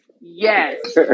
Yes